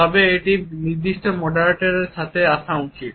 তবে এটি নির্দিষ্ট মডারেটরের সাথে আসা উচিত